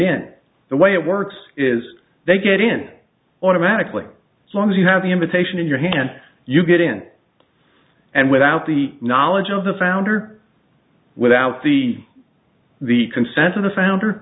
in the way it works is they get in automatically so as you have the invitation in your hand you get in and without the knowledge of the founder without the the consent of the founder